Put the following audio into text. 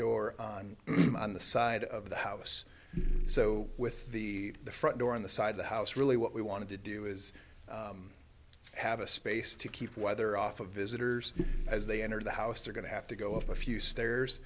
door on the side of the house so with the front door on the side of the house really what we wanted to do is have a space to keep weather off of visitors as they enter the house they're going to have to go up a few stairs